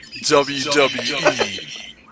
WWE